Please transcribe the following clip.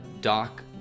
Doc